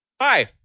hi